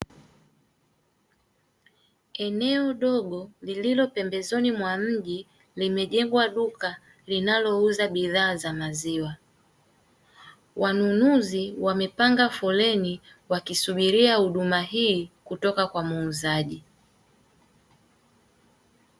Eneo dogo lililo pembezoni mwa mji limejengwa duka linalouza bidhaa za maziwa. Wanunuzi wamepanga foleni wakisubiria huduma hii kutoka kwa muuzaji.